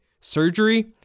surgery